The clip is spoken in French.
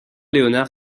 léonard